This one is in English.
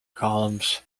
columns